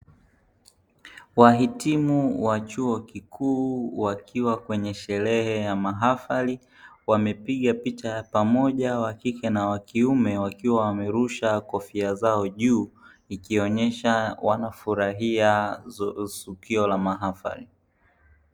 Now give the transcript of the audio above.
Wahitimu wa chuo kikuu wakiwa kwenye sherehe ya mahafali wamepiga picha ya pamoja wakike na wakiume wakiwa wamerusha kofia zao juu ikionyesha wanafurahia uhuzulio la mahafali.